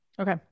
Okay